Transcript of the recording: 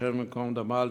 השם ייקום דמה,